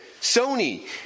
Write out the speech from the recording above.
Sony